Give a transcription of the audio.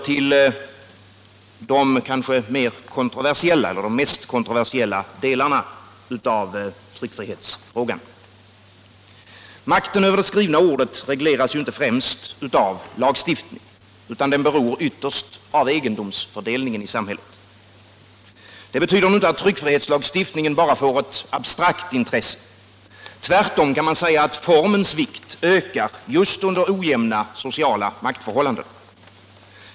Jag går så över till de mest kontroversiella delarna av tryckfrihetsfrågan. Makten över det skrivna ordet regleras inte främst av lagar. Den beror yiterst av egendomsfördelningen i samhället. Det betyder dock inte att tryckfrihetslagstiftningen bara får ctt abstrakt intresse. Tvärtom ökar formens vikt just under ojämna sociala maktförhållanden.